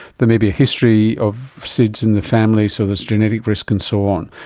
but may be a history of sids in the family so there's genetic risk and so on.